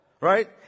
right